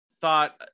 thought